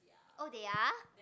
oh they are